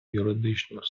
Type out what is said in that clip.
юридичну